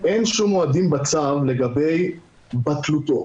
אין שום מועדים בצו לגבי בטלותו.